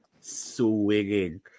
swinging